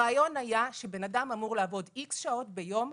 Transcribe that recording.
הרעיון היה שאדם אמור לעבוד X שעות ביום,